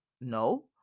no